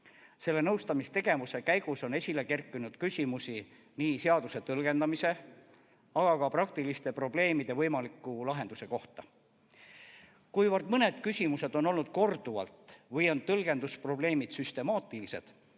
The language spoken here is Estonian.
Nõustamistegevuse käigus on esile kerkinud küsimusi nii seaduse tõlgendamise kui ka praktiliste probleemide võimaliku lahenduse kohta. Kuivõrd mõned küsimused on olnud korduvad või on tõlgendusprobleemid süstemaatilised,